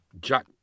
Jack